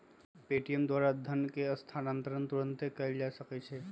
Paytm के द्वारा धन के हस्तांतरण तुरन्ते कएल जा सकैछइ